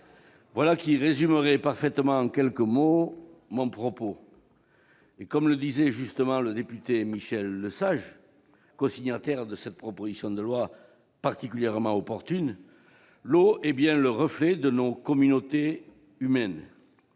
Voilà qui résume parfaitement, en quelques mots, mon propos. Comme le disait le député Michel Lesage, cosignataire de cette proposition de loi particulièrement opportune, « l'eau est bien le reflet de nos communautés humaines.